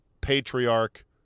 patriarch